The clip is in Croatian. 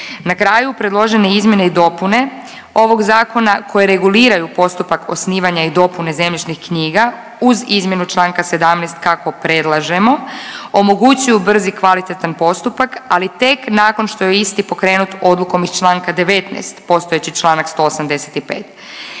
Na kraju, predložene izmjene i dopune ovog zakona koje reguliraju postupak osnivanja i dopune zemljišnih knjiga uz izmjenu čl. 17. kako predlažemo, omogućuju brz i kvalitetan postupak, ali tek nakon što je isti pokrenut odlukom iz čl. 19., postojeći čl. 185.,